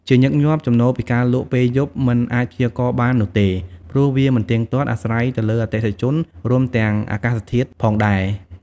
ជាញឹកញាប់ ចំណូលពីការលក់ពេលយប់ មិនអាចព្យាករណ៍បាននោះទេ ព្រោះវាមិនទៀងទាត់ អាស្រ័យទៅលើអតិថិជន រួមទាំងអាកាសធាតុផងដែរ។